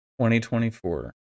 2024